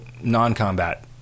non-combat